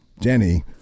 Jenny